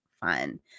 fun